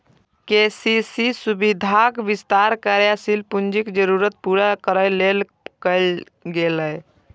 KCC सुविधाक विस्तार कार्यशील पूंजीक जरूरत पूरा करै लेल कैल गेलै